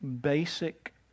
basic